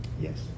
Yes